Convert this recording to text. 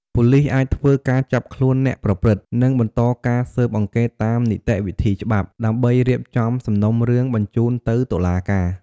ប៉ូលិសអាចធ្វើការចាប់ខ្លួនអ្នកប្រព្រឹត្ត និងបន្តការស៊ើបអង្កេតតាមនីតិវិធីច្បាប់ ដើម្បីរៀបចំសំណុំរឿងបញ្ជូនទៅតុលាការ។